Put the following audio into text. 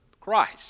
Christ